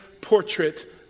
portrait